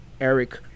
Eric